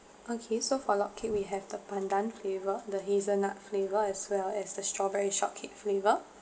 okay so for log cake we have the pandan flavour the hazelnut flavour as well as the strawberry shortcake flavour